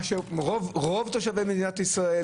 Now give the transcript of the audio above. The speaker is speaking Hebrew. מה שרוב תושבי מדינת ישראל